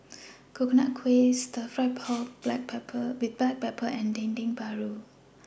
Coconut Kuih Stir Fry Pork with Black Pepper and Dendeng Paru